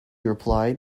replied